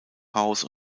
house